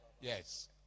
yes